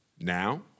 now